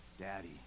Daddy